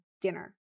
dinner